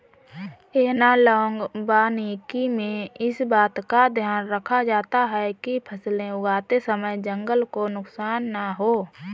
analogue वानिकी में इस बात का ध्यान रखा जाता है कि फसलें उगाते समय जंगल को नुकसान ना हो